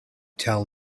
tell